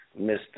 Mr